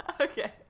Okay